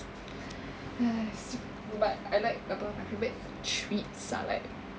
but I like apa my favourite treats are like